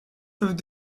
peuvent